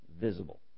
visible